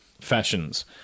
fashions